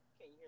okay